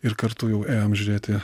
ir kartu jau ėjom žiūrėti